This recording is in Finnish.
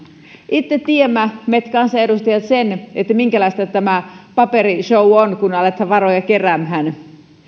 itse tiedämme me kansanedustajat sen minkälaista tämä paperishow on kun aletaan varoja keräämään se